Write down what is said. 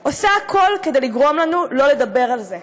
עושה הכול כדי לגרום לנו לא לדבר על זה,